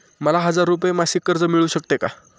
मला हजार रुपये मासिक कर्ज मिळू शकते का?